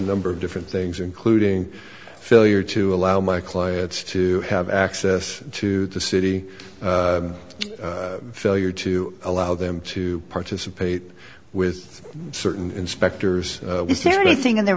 number of different things including failure to allow my clients to have access to the city failure to allow them to participate with certain inspectors was there anything in the